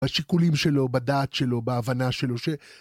בשיקולים שלו, בדעת שלו, בהבנה שלו.